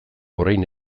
orain